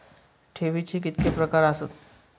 ठेवीचे कितके प्रकार आसत?